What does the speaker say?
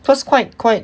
cause quite quite